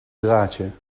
draadje